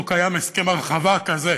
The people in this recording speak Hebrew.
לא קיים הסכם הרחבה כזה.